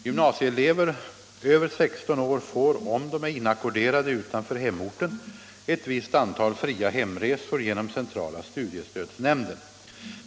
Gymnasieelever över 16 år får — om de är inackorderade utanför hemorten — ett visst antal fria hemresor genom centrala studiestödsnämnden.